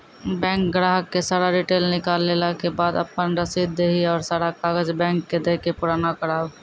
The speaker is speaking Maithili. बैंक ग्राहक के सारा डीटेल निकालैला के बाद आपन रसीद देहि और सारा कागज बैंक के दे के पुराना करावे?